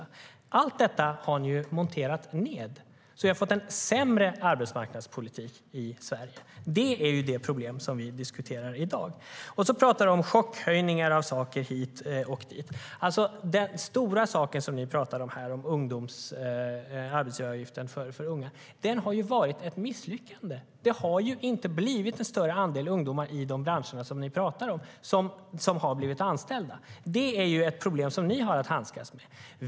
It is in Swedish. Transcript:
Sedan talade du om chockhöjningar av saker hit och dit. Arbetsgivaravgiften för unga, som är den stora frågan som vi talar om här, har varit ett misslyckande. Det har inte blivit en större andel ungdomar som har blivit anställda i de branscher som ni talar om. Det är ett problem som ni har att handskas med.